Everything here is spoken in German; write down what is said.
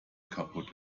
kaputt